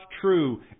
true